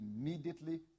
immediately